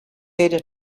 beta